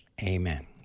Amen